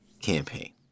campaign